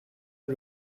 are